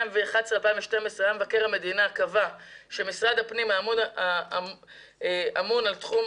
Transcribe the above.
2011-2012 מבקר המדינה קבע שמשרד הפנים האמון על התחום,